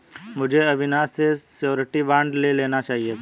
मुझे अविनाश से surety bond ले लेना चाहिए था